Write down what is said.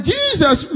Jesus